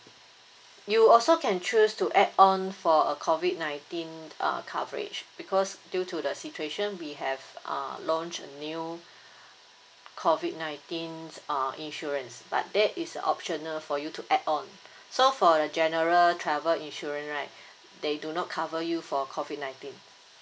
you also can choose to add on for a COVID nineteen uh coverage because due to the situation we have uh launch a new COVID nineteen uh insurance but that is a optional for you to add on so for the general travel insurance right they do not cover you for COVID nineteen